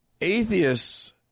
Atheists